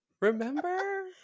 Remember